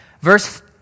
Verse